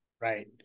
right